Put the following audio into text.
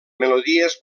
melodies